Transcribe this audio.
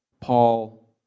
Paul